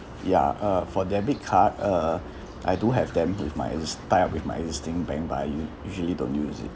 ya uh for debit card err I do have them with my is tied up with my existing bank but I u~ usually don't use it